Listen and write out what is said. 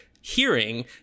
hearing